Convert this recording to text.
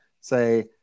say